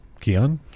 Kian